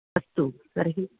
अस्तु तर्हि